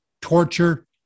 torture